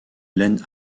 land